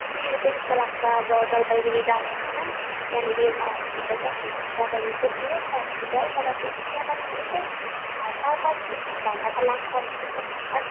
अस्सी रुपियाँजस्तो लाग्छ अब जलपाइगुडी जानु होइन त्यहाँनिर एउटा हस्पिटल छ हाम्रो क्षेत्रभरिको ठुलो छ हस्पिटल तर त्यही त्यहाँ जानको लागि यस्तै चार पाँच घन्टा त लाग्छ अन्त त्यत्रो पाँच काट